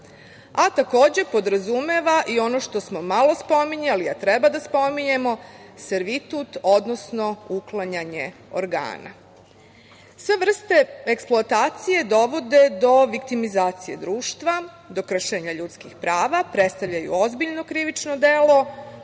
a takođe podrazumeva i ono što smo malo spominjali, a treba da spominjemo, servitut odnosno uklanjanje organa. Sve vrste eksploatacije dovode do viktimizacije društva, do kršenja ljudskih prava, predstavljaju ozbiljno krivično delo